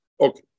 Okay